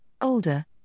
older